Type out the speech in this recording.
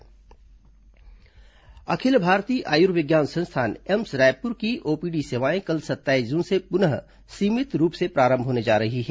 AIIMS OPD अखिल भारतीय आयुर्विज्ञान संस्थान एम्स रायपुर की ओपीडी सेवाएं कल सत्ताईस जून से पुनः सीमित रूप से प्रारंभ होने जा रही है